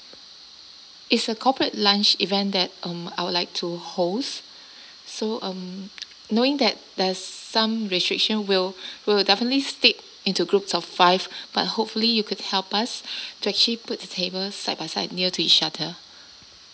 it's a corporate lunch event that um I would like to host so um knowing that there's some restriction we'll we'll definitely stick into groups of five but hopefully you could help us to actually put the table side by side near to each other